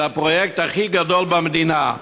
זה הפרויקט הכי גדול במדינה.